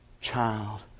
child